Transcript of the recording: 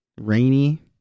Rainy